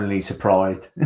surprised